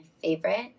Favorite